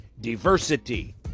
diversity